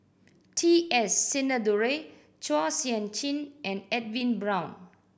T S Sinnathuray Chua Sian Chin and Edwin Brown